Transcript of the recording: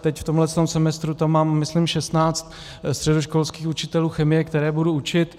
Teď v tomhle semestru tam mám, myslím, šestnáct středoškolských učitelů chemie, které budu učit.